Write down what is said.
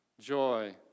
joy